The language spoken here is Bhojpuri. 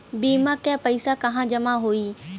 बीमा क पैसा कहाँ जमा होई?